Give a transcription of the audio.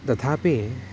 तथापि